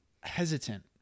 hesitant